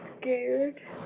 scared